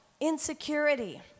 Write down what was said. insecurity